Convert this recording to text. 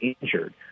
injured